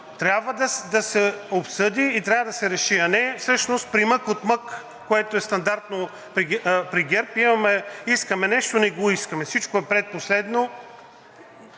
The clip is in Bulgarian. трябва да се обсъди и трябва да се реши, а не всъщност примък-отмък, което е стандартно при ГЕРБ – искаме нещо, не го искаме, всичко е предпоследно.